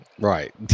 Right